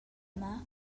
yma